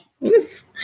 Yes